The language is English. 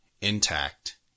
intact